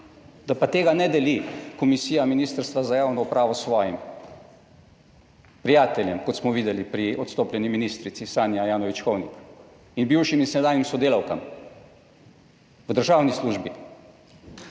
da pa tega ne deli komisija Ministrstva za javno upravo svojim prijateljem, kot smo videli pri odstopljeni ministrici Sanja Ajanović Hovnik in bivšim in sedanjim sodelavkam v državni službi,